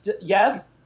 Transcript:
yes